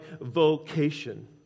vocation